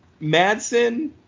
Madsen